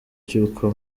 cy’uko